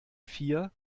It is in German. vier